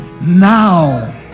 now